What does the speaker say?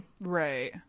Right